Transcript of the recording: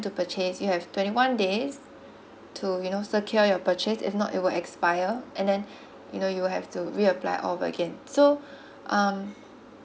to purchase you have twenty one days to you know secure your purchase if not it will expire and then you know you will have to reapply all over again so um